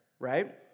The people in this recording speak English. Right